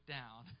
down